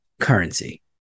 currency